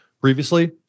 Previously